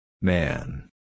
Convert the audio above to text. Man